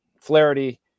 Flaherty